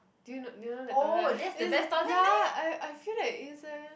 do you know do you know that toilet is ya lah I I feel that is eh